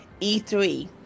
E3